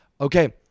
Okay